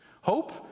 Hope